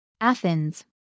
Athens